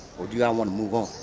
or do i want to move on.